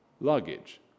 Luggage